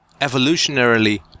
evolutionarily